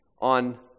on